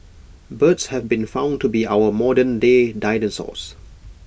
birds have been found to be our modern day dinosaurs